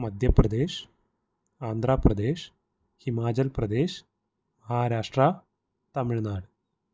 Madhya Pradesh Andhra Pradesh Himachal Pradesh Maharashtra Tamil Nadu